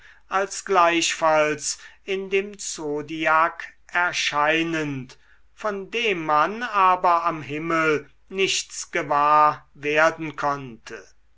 als gleichfalls in dem zodiak erscheinend von dem man aber am himmel nichts gewahr werden konnte